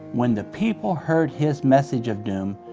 when the people heard his message of doom,